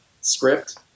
script